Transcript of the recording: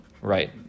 Right